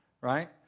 Right